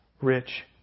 rich